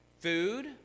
Food